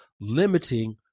limiting